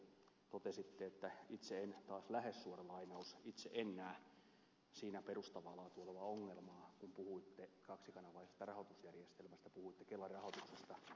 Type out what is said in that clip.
nimittäin sitten toisessa asiassa te totesitte taas lähes suora lainaus että itse en näe siinä perustavaa laatua olevaa ongelmaa kun puhuitte kaksikanavaisesta rahoitusjärjestelmästä puhuitte kelan rahoituksesta